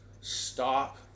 stop